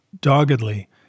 doggedly